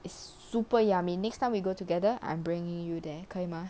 it's super yummy next time we go together I'm bringing you there 可以 mah